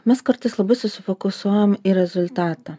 mes kartais labai susifokusuojam į rezultatą